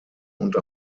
und